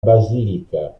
basilica